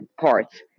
parts